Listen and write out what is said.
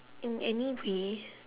in any way